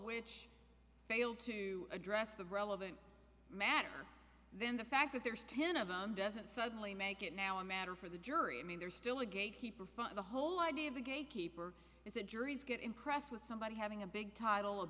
which failed to address the relevant matter then the fact that there's ten of them doesn't suddenly make it now a matter for the jury i mean there's still a gatekeeper from the whole idea of a gatekeeper is that juries get impressed with somebody having a big title